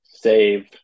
save